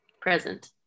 present